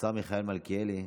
השר מיכאל מלכיאלי,